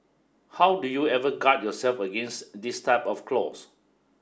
how do you ever guard yourself against this type of clause